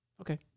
Okay